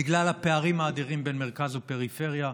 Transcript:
בגלל הפערים האדירים בין מרכז לפריפריה.